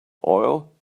oil